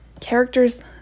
characters